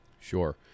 sure